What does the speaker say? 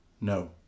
no